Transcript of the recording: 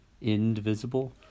indivisible